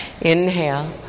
Inhale